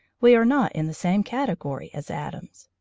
we are not in the same category as atoms.